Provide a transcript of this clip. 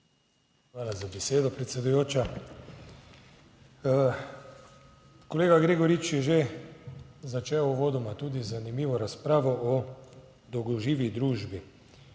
Hvala za besedo predsedujoča. Kolega Gregorič je že začel uvodoma tudi z zanimivo razpravo o dolgoživi družbi.